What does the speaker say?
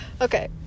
okay